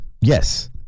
Yes